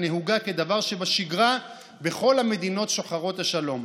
הנהוגה כדבר שבשגרה בכל המדינות שוחרות השלום.